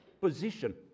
position